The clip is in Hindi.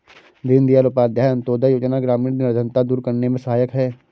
दीनदयाल उपाध्याय अंतोदय योजना ग्रामीण निर्धनता दूर करने में सहायक है